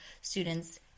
student's